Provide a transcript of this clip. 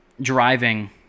driving